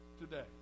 today